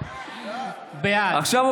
בעד שרן